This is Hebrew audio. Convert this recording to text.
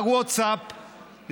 בווטסאפ,